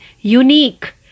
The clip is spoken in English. unique